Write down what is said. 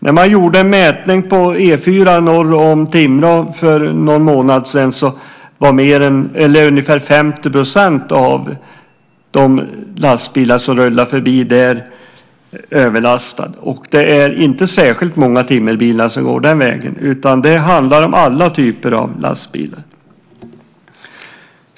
När man gjorde en mätning på E 4 norr om Timrå för någon månad sedan var ungefär 50 % av de lastbilar som rullade förbi där överlastade, och det är inte särskilt många timmerbilar som går den vägen. Det handlar om alla typer av lastbilar.